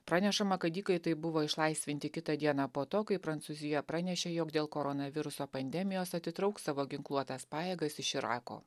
pranešama kad įkaitai buvo išlaisvinti kitą dieną po to kai prancūzija pranešė jog dėl koronaviruso pandemijos atitrauks savo ginkluotas pajėgas iš irako